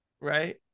right